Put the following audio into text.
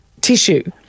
tissue